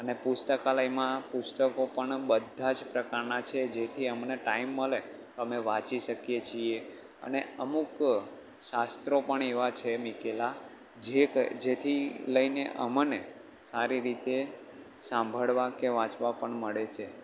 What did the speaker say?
અને પુસ્તકાલયમાં પુસ્તકો પણ બધાં જ પ્રકારના છે જેથી અમને ટાઈમ મળે તો અમે વાંચી શકીએ છીએ અને અમુક શાસ્ત્રો પણ એવાં છે મુકેલા જેથી લઈને અમને સારી રીતે સાંભળવા કે વાંચવા પણ મળે છે